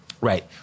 Right